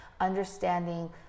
understanding